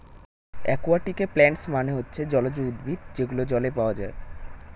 একুয়াটিকে প্লান্টস মানে হচ্ছে জলজ উদ্ভিদ যেগুলো জলে পাওয়া যায়